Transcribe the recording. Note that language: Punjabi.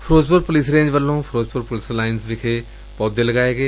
ਫਿਰੋਜ਼ਪੁਰ ਪੁਲਿਸ ਰੇਜ ਵੱਲੋ ਫਿਰੋਜ਼ਪੁਰ ਪੁਲਿਸ ਲਈਨਜ਼ ਵਿਖੇ ਪੌਦੇ ਲਗਾਏ ਗਏ